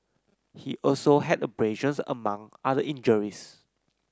he also had abrasions among other injuries